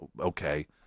okay